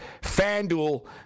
Fanduel